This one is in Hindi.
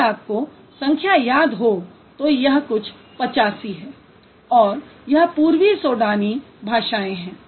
यदि आपको संख्या याद हो तो यह कुछ 85 है और यह पूर्वी सूडानी भाषाएँ हैं